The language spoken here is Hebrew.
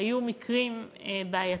היו מקרים בעייתיים.